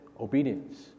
obedience